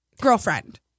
Girlfriend